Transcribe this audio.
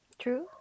true